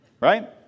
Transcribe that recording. right